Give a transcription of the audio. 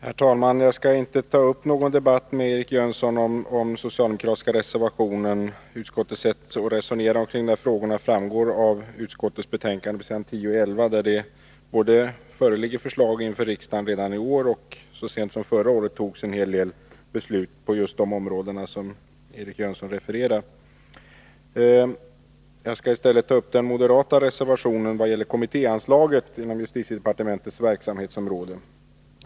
Herr talman! Jag skall inte ta upp någon debatt med Eric Jönsson om den socialdemokratiska reservationen. Utskottets sätt att resonera i de här frågorna framgår av utskottets betänkande på s. 10-11, där det föreligger förslag till riksdagen redan i år, och så sent som förra året fattades en hel del beslut på just de områden som Eric Jönsson refererar till. Jag skall i stället ta upp den moderata reservation som gäller kommitté anslaget inom justitiedepartementets verksamhetsområde.